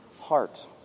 heart